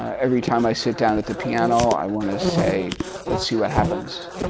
every time i sit down at the piano i want to say let's see what happens.